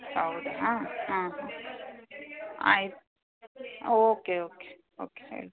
ಹೌದಾ ಹಾಂ ಆಯ್ತು ಓಕೆ ಓಕೆ ಓಕೆ ಆಯ್ತು